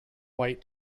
white